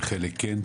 בחלק כן.